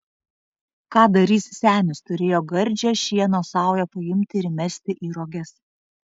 ką darys senis turėjo gardžią šieno saują paimti ir įmesti į roges